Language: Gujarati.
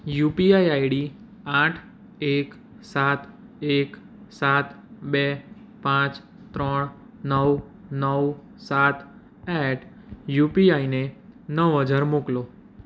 યુપીઆઈ આઈડી આઠ એક સાત એક સાત બે પાંચ ત્રણ નવ નવ સાત એટ યુપીઆઈને નવ હજાર મોકલો